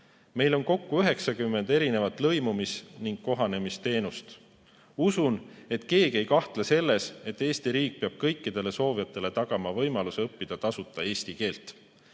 Meil on kokku 90 lõimumis- ning kohanemisteenust. Usun, et keegi ei kahtle selles, et Eesti riik peab kõikidele soovijatele tagama võimaluse tasuta õppida eesti keelt.